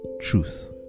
Truth